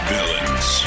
Villains